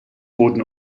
wurden